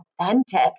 authentic